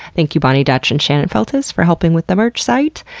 thank you, bonnie dutch and shannon feltus, for helping with the merch site!